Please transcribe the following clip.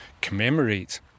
commemorate